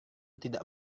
tidak